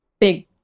big